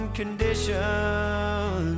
condition